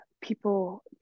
people